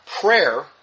prayer